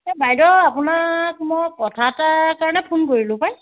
এই বাইদেউ আপোনাক মই কথা এটাৰ কাৰণে ফোন কৰিলোঁ পাই